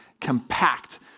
compact